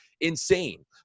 insane